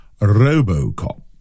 Robocop